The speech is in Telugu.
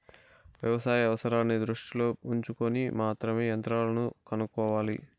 వ్యవసాయ అవసరాన్ని దృష్టిలో ఉంచుకొని మాత్రమే యంత్రాలను కొనుక్కోవాలి